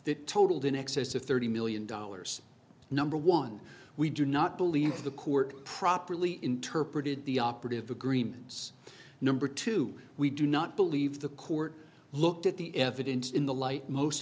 that totaled in excess of thirty million dollars number one we do not believe the court properly interpreted the operative agreements number two we do not believe the court looked at the evidence in the light most